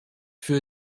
für